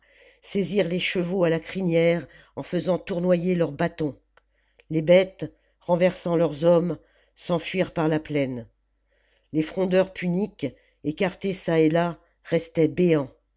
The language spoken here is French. les chevaux à la crinière en faisant tournoyer leurs bâtons les bêtes renversant leurs hommes s'enfuirent par la plaine les frondeurs puniques écartés çà et là restaient béants